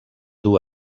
duu